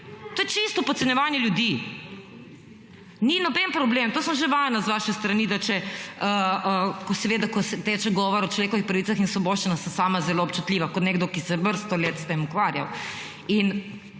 To je čisto podcenjevanje ljudi. Ni noben problem, to sem že vajena z vaše strani, da če, ko seveda, ko teče govor o človekovih pravicah in svoboščinah, sem sama zelo občutljiva kot nekdo, ki se je vrsto let s tem ukvarjal. In